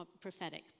prophetic